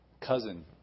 cousin